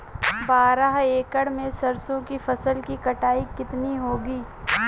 बारह एकड़ में सरसों की फसल की कटाई कितनी होगी?